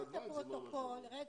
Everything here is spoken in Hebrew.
יש את הפרוטוקול --- מה